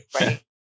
Right